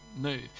move